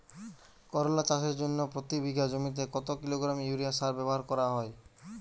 করলা চাষের জন্য প্রতি বিঘা জমিতে কত কিলোগ্রাম ইউরিয়া সার ব্যবহার করা হয়?